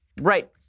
Right